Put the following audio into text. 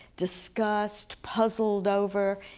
discussed, puzzled over,